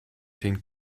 den